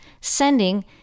sending